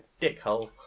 dickhole